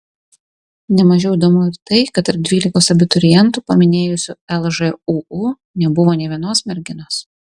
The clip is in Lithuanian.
ne mažiau įdomu ir tai kad tarp dvylikos abiturientų paminėjusių lžūu nebuvo nė vienos merginos